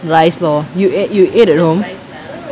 rice lor you eat you eat at home